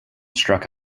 struck